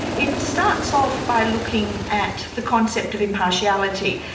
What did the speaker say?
it starts off by looking at the concept of impartiality.